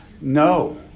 No